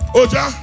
oja